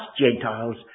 Gentiles